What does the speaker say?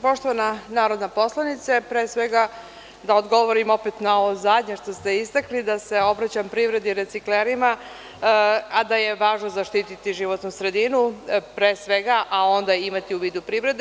Poštovana narodna poslanice, pre svega, da odgovorim opet na ovo zadnje što ste istakli, da se obraćam privredi, reciklerima, a da je važno zaštiti životnu sredinu, pre svega, a onda imati u vidu privredu.